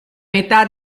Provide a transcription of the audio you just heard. metà